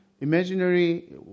imaginary